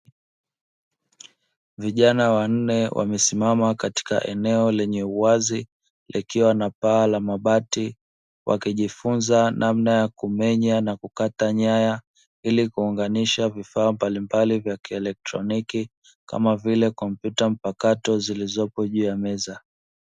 Vijana wanne wamesimama katika eneo lenye uwazi; likiwa na paa la mabati, wakijifunza namna ya kumenya na kukata nyaya ili kuunganisha vifaa mbalimbali vya kielektroniki kama vile kompyuta mpakato zilizopo juu ya meza.